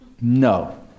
No